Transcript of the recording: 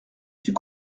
suis